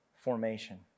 formation